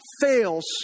fails